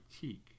cheek